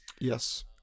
Yes